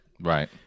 Right